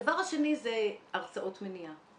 הדבר השני זה הרצאות מניעה.